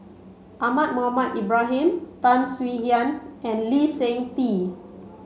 Ahmad Mohamed Ibrahim Tan Swie Hian and Lee Seng Tee